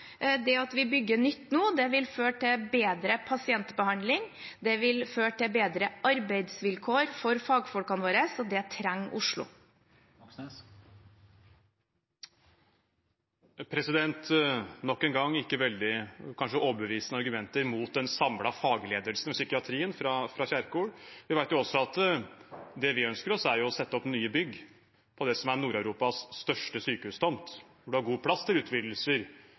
Det at vi bygger nytt nå, vil føre til bedre pasientbehandling. Det vil føre til bedre arbeidsvilkår for fagfolkene våre, og det trenger Oslo. Bjørnar Moxnes – til oppfølgingsspørsmål. Nok en gang kom ikke Kjerkol med veldig overbevisende argumenter mot den samlede fagledelsen i psykiatrien. Det vi ønsker oss, er å sette opp nye bygg på det som er Nord-Europas største sykehustomt, med god plass til utvidelser,